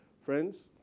Friends